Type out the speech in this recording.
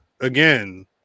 again